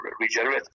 regenerate